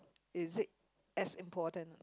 is it as important